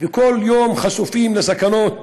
וכל יום חשופים לסכנות,